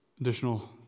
Additional